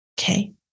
Okay